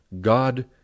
God